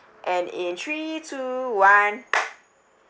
and in three two one